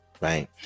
right